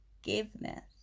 forgiveness